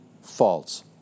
false